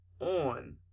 on